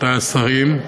רבותי השרים,